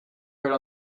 heard